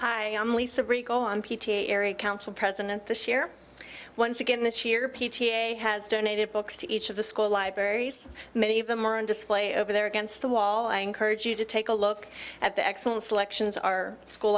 hi i'm lisa rico on p t a eric council president this year once again this year p t a has donated books to each of the school libraries many of them are on display over there against the wall i encourage you to take a look at the excellent selections our school